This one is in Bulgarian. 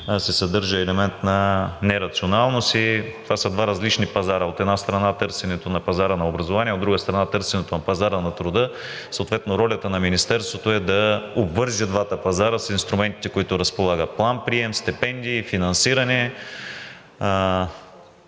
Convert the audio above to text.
съдържа елемент на нерационалност и това са два различни пазара – от една страна, търсенето на пазара на образование, от друга страна, търсенето на пазара на труда. Съответно ролята на Министерството е да обвърже двата пазара с инструментите, с които разполага: план-прием, стипендии, финансиране,